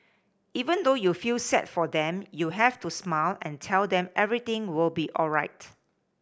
even though you feel sad for them you have to smile and tell them everything will be alright